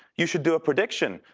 you should do a prediction.